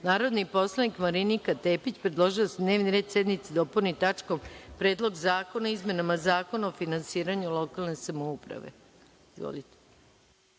grupe. Narodni poslanik Marinika Tepić predložila je da se dnevni red sednice dopuni tačkom – Predlog zakona o izmenama Zakona o finansiranju lokalne samouprave. Izvolite.